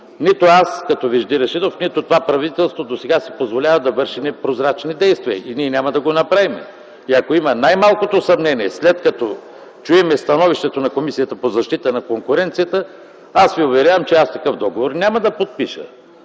нито аз, като Вежди Рашидов, нито това правителство досега си позволява да върши непрозрачни действия и ние няма да го направим. Ако има най-малкото съмнение, след като чуем и становището на Комисията по защита на конкуренцията, аз Ви уверявам, че такъв договор няма да подпиша.